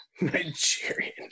Nigerian